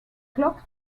clock